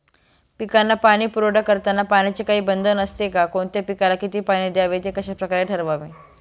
पिकांना पाणी पुरवठा करताना पाण्याचे काही बंधन असते का? कोणत्या पिकाला किती पाणी द्यावे ते कशाप्रकारे ठरवावे?